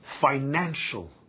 Financial